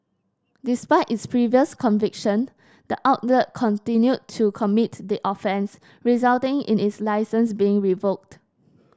despite its previous conviction the outlet continued to commit the offence resulting in its licence being revoked